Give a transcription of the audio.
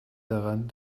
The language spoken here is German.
daran